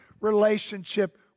relationship